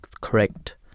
correct